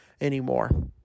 anymore